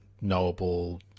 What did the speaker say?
knowable